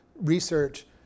research